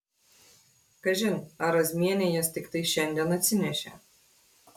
kažin ar razmienė jas tiktai šiandien atsinešė